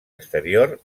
exterior